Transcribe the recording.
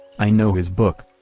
i know his book.